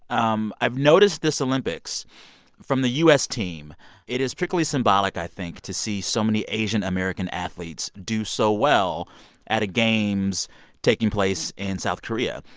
um i've noticed this olympics from the u s. team it is strictly symbolic, i think, to see so many asian-american athletes do so well at a games taking place in south korea.